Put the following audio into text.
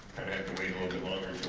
have to wait a little bit longer